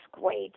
great